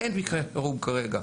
אין מקרה חירום כרגע.